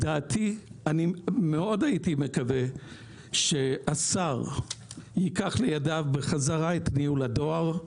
מאוד הייתי מקווה שהשר ייקח לידיו בחזרה את ניהול הדואר,